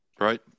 right